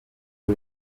rwo